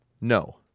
No